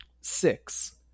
six